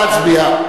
להצביע.